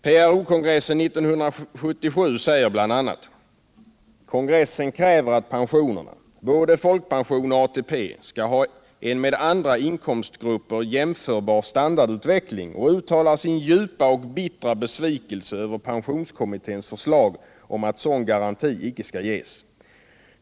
PRO-kongressen 1977 säger bl.a.: ”Kongressen kräver att pensionärerna — både folkpension och ATP — skall ha en med andra inkomstgrupper jämförbar standardutveckling och uttalar sin djupa och bittra besvikelse över Pensionskommitténs förslag om att sådan garanti icke skall ges.